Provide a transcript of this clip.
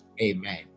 Amen